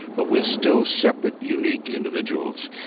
but we're still separate, unique individuals.